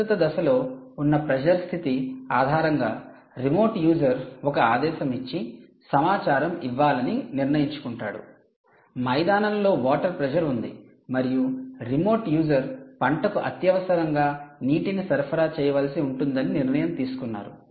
ప్రస్తుత దశలో ఉన్న ప్రెషర్ స్థితి ఆధారంగా రిమోట్ యూజర్ ఒక ఆదేశం ఇచ్చి సమాచారం ఇవ్వాలని నిర్ణయించుకుంటాడు మైదానంలో వాటర్ ప్రెషర్ ఉంది మరియు రిమోట్ యూజర్ పంటకు అత్యవసరంగా నీటిని సరఫరా చేయవలసి ఉంటుందని నిర్ణయం తీసుకున్నారు